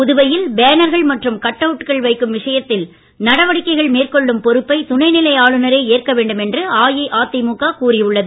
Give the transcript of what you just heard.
புதுவையில் பேனர்கள் மற்றும் கட் அவுட்டுகள் வைக்கும் விஷயத்தில் நடவடிக்கைகள் மேற்கொள்ளும் பொறுப்பை துணை நிலை ஆளுநரே ஏற்க வேண்டும் என்று அஇஅதிமுக கூறி உள்ளது